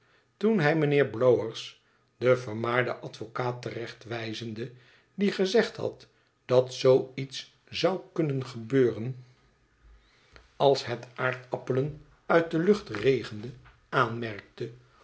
toen hij mijnheer blowers den vermaarden advocaat terecht wijzende die gezegd had dat zoo iets zou kunnen gebeuren als het aardappelen uit de lucht regende aanmerkte